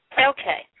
Okay